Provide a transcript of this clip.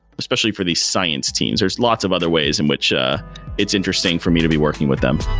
especially for the science teams. there's lots of other ways in which ah it's interesting for me to be working with them.